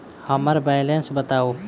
हम्मर बैलेंस बताऊ